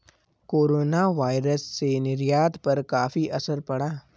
coronavirus से निर्यात पर काफी असर पड़ा